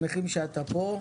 שמחים שאתה פה.